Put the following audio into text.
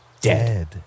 Dead